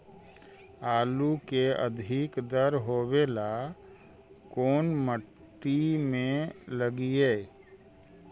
आलू के अधिक दर होवे ला कोन मट्टी में लगीईऐ?